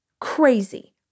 Crazy